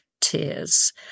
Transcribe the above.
tears